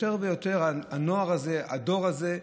יותר ויותר, הנוער הזה, הדור הזה,